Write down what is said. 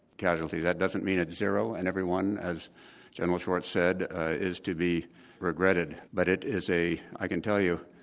casualties. that doesn't mean it's zero, and everyone as general schwartz said is to be greatly regretted, but it is a i can tell you,